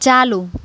ચાલુ